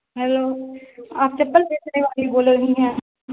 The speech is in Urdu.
ہیلو آپ چپل بیچنے والی بول رہی ہیں